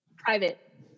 private